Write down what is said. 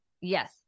Yes